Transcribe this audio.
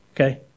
okay